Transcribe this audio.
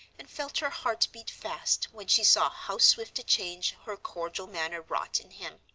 and felt her heart beat fast when she saw how swift a change her cordial manner wrought in him.